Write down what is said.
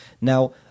Now